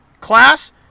Class